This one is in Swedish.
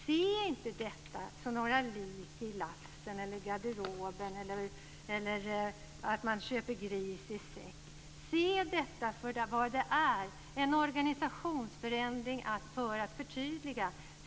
Se inte detta som några lik i lasten eller i garderoben eller att man köper grisen i säcken. Se detta som vad det är, nämligen en organisationsförändring för att förtydliga.